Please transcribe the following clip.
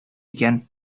икән